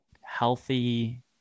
healthy